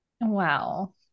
wow